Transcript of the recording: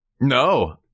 No